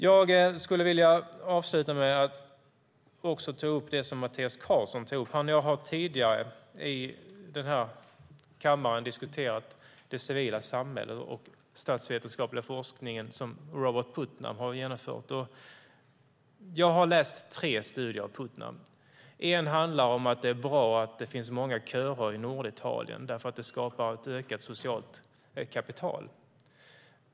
Jag avslutar med att ta upp det Mattias Karlsson tog upp. Han och jag har tidigare i kammaren diskuterat det civila samhället och den statsvetenskapliga forskning som Robert Putnam har genomfört. Jag har läst tre studier av Putnam. En handlar om att det är bra att det finns många körer i Norditalien, för det skapar ett ökat socialt kapital.